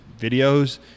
videos